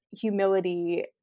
humility